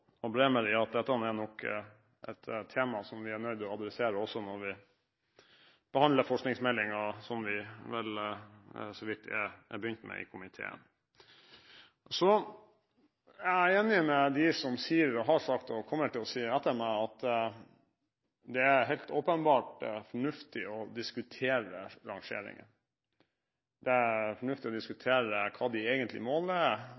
og Bremer i at dette nok er et tema som vi er nødt til å adressere også når vi behandler forskningsmeldingen – som vi vel så vidt har begynt med i komiteen. Så er jeg enig med dem som sier, har sagt og kommer til å si etter meg, at det er helt åpenbart fornuftig å diskutere rangeringen. Det er fornuftig å